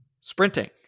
sprinting